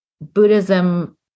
Buddhism